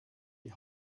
die